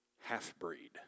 half-breed